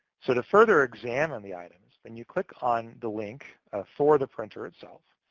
so to further examine the items, then you click on the link for the printer itself,